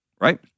right